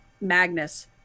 magnus